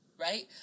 right